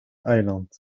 eiland